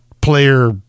player